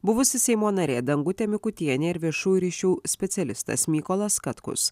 buvusi seimo narė dangutė mikutienė ir viešųjų ryšių specialistas mykolas katkus